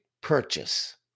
purchase